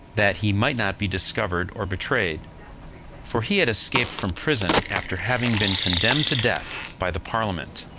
that he might not be discovered or betrayed for he had escaped from prison after having been condemned to death by the parliament.